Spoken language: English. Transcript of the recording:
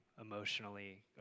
emotionally